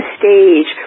stage